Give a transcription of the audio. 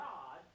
God